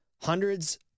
hundreds